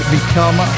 Become